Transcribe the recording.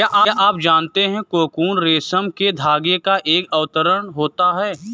क्या आप जानते है कोकून रेशम के धागे का एक आवरण होता है?